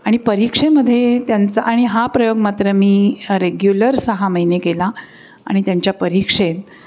आणि परीक्षेमध्ये त्यांचा आणि हा प्रयोग मात्र मी रेग्युलर सहा महिने केला आणि त्यांच्या परीक्षेत